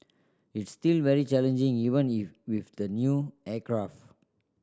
it's still very challenging even if with the new aircraft